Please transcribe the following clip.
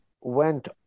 went